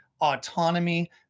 autonomy